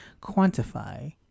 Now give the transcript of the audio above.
quantify